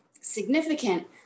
significant